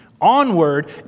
Onward